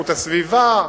איכות הסביבה,